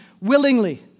willingly